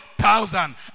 thousand